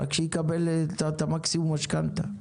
רק שיקבל את מקסימום המשכנתה.